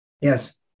Yes